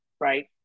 Right